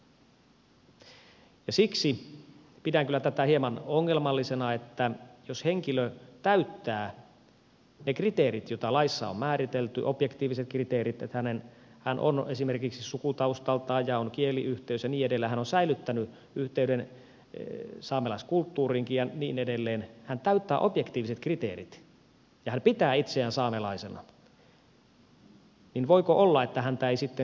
siksi pidän kyllä tätä hieman ongelmallisena että jos henkilö täyttää ne objektiiviset kriteerit jotka laissa on määritelty että hän on esimerkiksi sukutaustaltaan saamelainen ja on kieliyhteys ja niin edelleen hän on säilyttänyt yhteydenkin saamelaiskulttuuriin ja niin edelleen hän täyttää objektiiviset kriteerit ja hän pitää itseään saamelaisena niin voiko olla että häntä ei sitten hyväksyttäisikään vaaliluetteloon